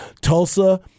Tulsa